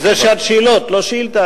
זו שעת שאלות ולא שאילתות.